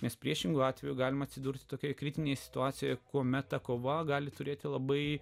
nes priešingu atveju galime atsidurti tokioje kritinėje situacijoje kuomet ta kova gali turėti labai